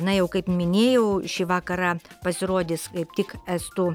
na jau kaip minėjau šį vakarą pasirodys tik estų